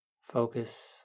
focus